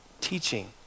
teaching